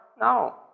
No